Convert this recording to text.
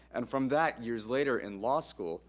and from that, years later in law school,